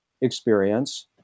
experience